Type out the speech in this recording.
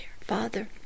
Father